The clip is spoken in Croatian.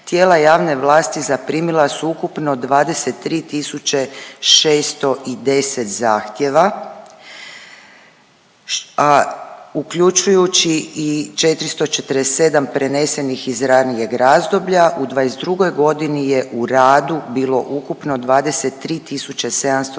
tijela javne vlasti zaprimila su ukupno 23.610 zahtjeva, a uključujući i 447 prenesenih iz ranijeg razdoblja u '22. godini je u radu bilo ukupno 23.722